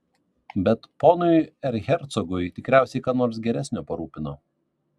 bet ponui erchercogui tikriausiai ką nors geresnio parūpino